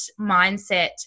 mindset